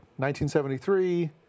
1973